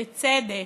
בצדק,